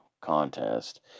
contest